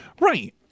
Right